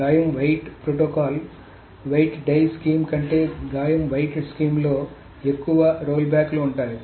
గాయం wait protocol wait die scheme కంటే గాయం వెయిట్ స్కీమ్లో ఎక్కువ రోల్బ్యాక్లు ఉంటాయి